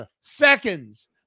seconds